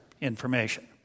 information